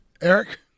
Eric